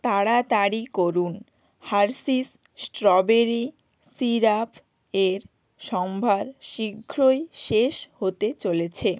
তাড়াতাড়ি করুন Hershey's strawberry সিরাপের সম্ভার শীঘ্রই শেষ হতে চলেছে